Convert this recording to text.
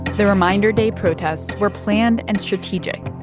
the reminder day protests were planned and strategic.